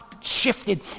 shifted